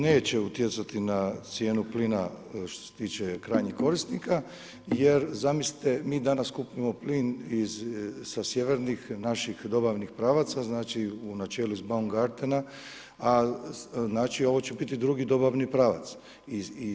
Neće utjecati na cijenu plina što se tiče krajnjeg korisnika jer zamislite, mi danas kupimo plin sa sjevernih naših dobavnih pravaca, znači u načelu iz, ... a znači ovo će biti drugi dobavni pravac.